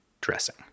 dressing